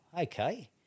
okay